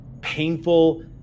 painful